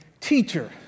teacher